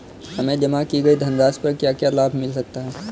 हमें जमा की गई धनराशि पर क्या क्या लाभ मिल सकता है?